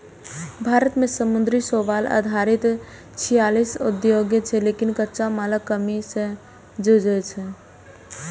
भारत मे समुद्री शैवाल आधारित छियालीस उद्योग छै, लेकिन कच्चा मालक कमी सं जूझै छै